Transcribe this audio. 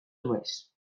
maiz